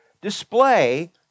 display